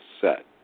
set